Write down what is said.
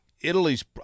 Italy's